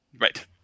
Right